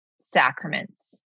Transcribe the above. sacraments